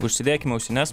užsidėkim ausines